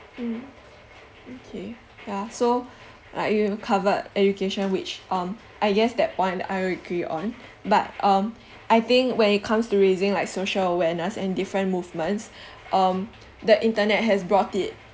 mmhmm okay ya so like you covered education which um I guess that point I agree on but um I think when it comes to raising like social awareness and different movements um the internet has brought it